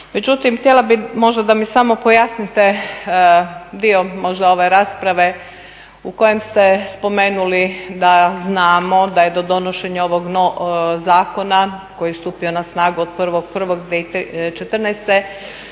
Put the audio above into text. Međutim, htjela bih možda da mi samo pojasnite dio možda ove rasprave u kojem ste spomenuli da znamo da je do donošenja ovog zakona koji je stupio na snagu od 1.1.2014.